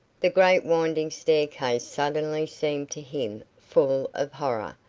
that great winding staircase suddenly seemed to him full of horror,